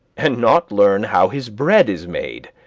and not learn how his bread is made,